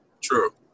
True